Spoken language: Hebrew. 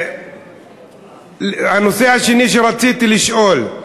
הנושא השני שרציתי לשאול,